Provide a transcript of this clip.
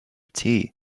tea